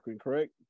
correct